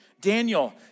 Daniel